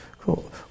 Cool